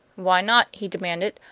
why not? he demanded.